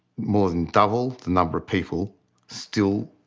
more than double the number of people still